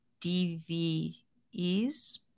DVES